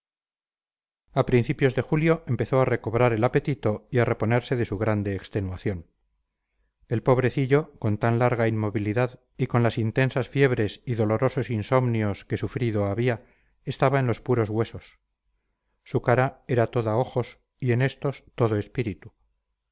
a principios de julio empezó a recobrar el apetito y a reponerse de su grande extenuación el pobrecillo con tan larga inmovilidad y con las intensas fiebres y dolorosos insomnios que sufrido había estaba en los puros huesos su cara era toda ojos y en estos todo espíritu